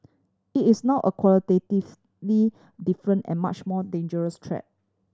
it is now a qualitatively different and much more dangerous threat